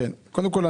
בבקשה.